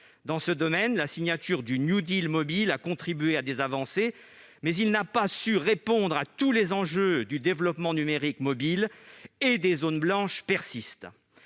Dans ce domaine, la signature du New Deal mobile a contribué à des avancées, mais ce plan n'a pas su répondre à tous les enjeux du développement numérique mobile et des zones blanches persistent.